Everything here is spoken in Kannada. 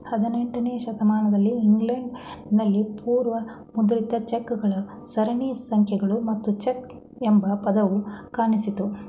ಹದಿನೆಂಟನೇ ಶತಮಾನದಲ್ಲಿ ಇಂಗ್ಲೆಂಡ್ ನಲ್ಲಿ ಪೂರ್ವ ಮುದ್ರಿತ ಚೆಕ್ ಗಳು ಸರಣಿ ಸಂಖ್ಯೆಗಳು ಮತ್ತು ಚೆಕ್ ಎಂಬ ಪದವು ಕಾಣಿಸಿತ್ತು